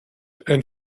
and